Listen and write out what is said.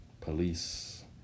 police